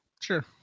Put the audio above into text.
Sure